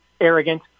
arrogant